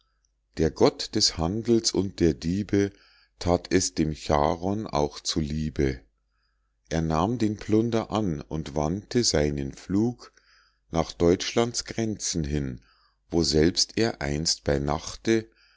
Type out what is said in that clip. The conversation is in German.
der gott des handels und der diebe that es dem charon auch zu liebe er nahm den plunder an und wandte seinen flug nach deutschlands grenzen hin woselbst er einst bei nachte